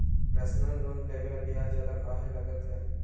Personal loan लेबे पर ब्याज ज्यादा काहे लागईत है?